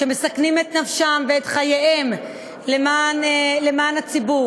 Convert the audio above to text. שמסכנים את נפשם ואת חייהם למען הציבור,